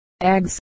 eggs